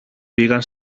πήγαν